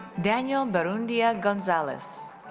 daniel barrundia gonzalez.